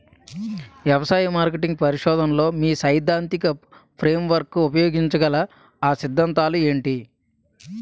వ్యవసాయ మార్కెటింగ్ పరిశోధనలో మీ సైదాంతిక ఫ్రేమ్వర్క్ ఉపయోగించగల అ సిద్ధాంతాలు ఏంటి?